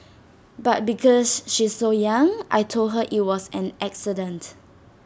but because she's so young I Told her IT was an accident